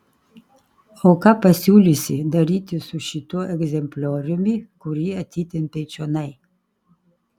o ką pasiūlysi daryti su šituo egzemplioriumi kurį atitempei čionai